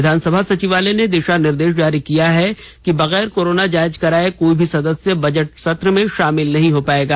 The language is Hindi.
विधान सभा सचिवालय ने दिशा निर्देश जारी कर कहा है कि बगैर कोरोना जांच कराये कोई भी सदस्य बजट सत्र में शामिल नहीं हो पायेगा